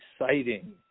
exciting